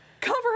Cover